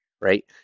Right